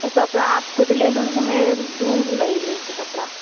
तो कपड़ा आप ख़ुद ही ले लूँगी तो मैं दूँगी ले ले कर कपड़ा